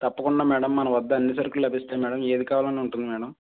తప్పకుండా మ్యాడమ్ మన వద్ద అన్ని సరుకులు లభిస్తాయి మ్యాడమ్ ఏది కావాలన్నా ఉంటుంది మ్యాడమ్